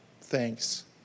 Thanks